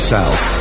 South